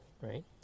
right